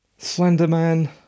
Slenderman